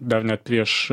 dar net prieš